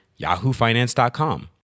yahoofinance.com